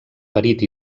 perit